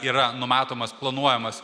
yra numatomas planuojamas